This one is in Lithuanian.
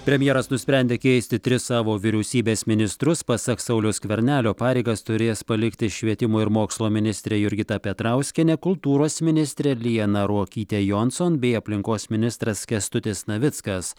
premjeras nusprendė keisti tris savo vyriausybės ministrus pasak sauliaus skvernelio pareigas turės palikti švietimo ir mokslo ministrė jurgita petrauskienė kultūros ministrė liana ruokytė johnson bei aplinkos ministras kęstutis navickas